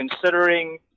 considering